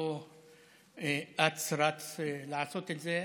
לא אץ-רץ לעשות את זה,